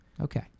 okay